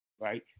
Right